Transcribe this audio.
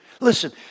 Listen